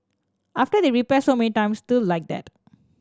after they repair so many times still like that